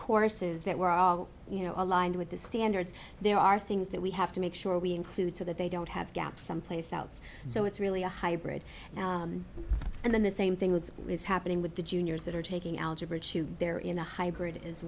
courses that were all you know aligned with the standards there are things that we have to make sure we include to that they don't have gaps someplace else so it's really a hybrid now and then the same thing with what is happening with the juniors that are taking algebra two they're in a hybrid as